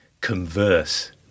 converse